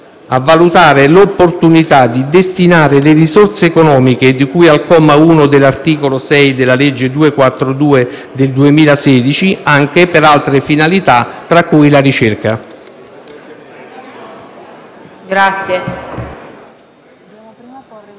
«a valutare l'opportunità di destinare le risorse economiche, di cui al comma 1 dell'articolo 6 della legge n. 242 del 2016, anche per altre finalità, tra cui la ricerca».